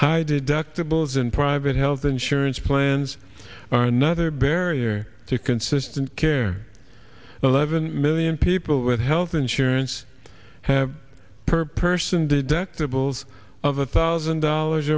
high deductibles and private health insurance plans are another barrier to consistent care eleven million people with health insurance have per person deductibles of a thousand dollars